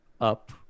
up